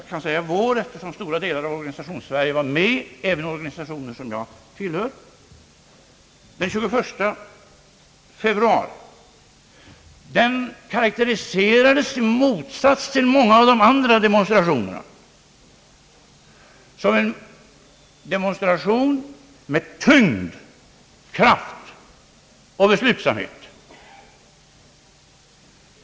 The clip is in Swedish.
Jag kan säga »vår» eftersom stora delar av organisations-Sverige var med, även organisationer som jag tillhör. Den karakteriserades i motsats till många av de andra demonstrationerna som en demonstration med tyngd, kraft och beslutsamhet.